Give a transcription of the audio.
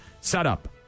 setup